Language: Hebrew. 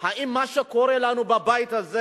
אם מה שקורה לנו בבית הזה